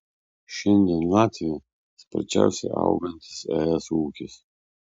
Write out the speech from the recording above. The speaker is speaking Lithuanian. šiandien latvija sparčiausiai augantis es ūkis